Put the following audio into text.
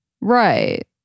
right